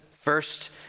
First